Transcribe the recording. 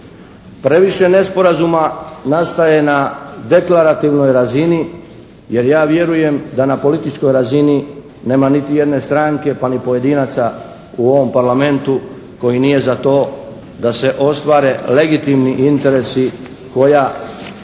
Previše nesporazuma nastaje na deklarativnoj razini jer ja vjerujem da na političkoj razini nema niti jedne stranke pa ni pojedinaca u ovom parlamentu koji nije za to da se ostvare legitimni interesi koje